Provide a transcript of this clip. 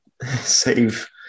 save